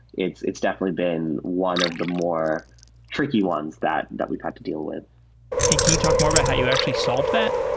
it's it's definitely been one of the more tricky ones that that we've had to deal with can can you talk more about how you actually solved that?